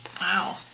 Wow